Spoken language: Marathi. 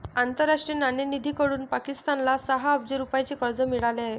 आंतरराष्ट्रीय नाणेनिधीकडून पाकिस्तानला सहा अब्ज रुपयांचे कर्ज मिळाले आहे